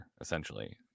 essentially